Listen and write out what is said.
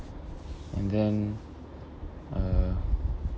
and then uh